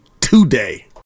today